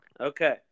okay